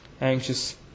anxious